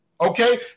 Okay